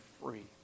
free